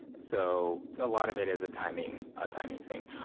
so a lot of it is a timing a timing thing.